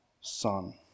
son